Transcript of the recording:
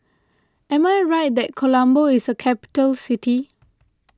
am I right that Colombo is a capital city